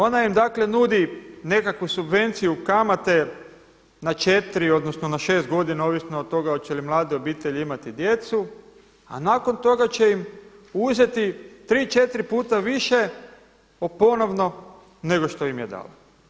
Ona im dakle nudi nekakvu subvenciju kamate na 4 odnosno na 6 godina, ovisno od toga hoće li mlade obitelji imati djecu a nakon toga će im uzeti 3, 4 puta više ponovno nego što im je dala.